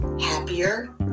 happier